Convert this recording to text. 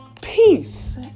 peace